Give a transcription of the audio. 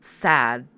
sad